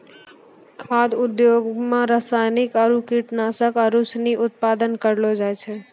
खाद्य उद्योग मे रासायनिक आरु कीटनाशक आरू सनी उत्पादन करलो जाय छै